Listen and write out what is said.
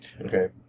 Okay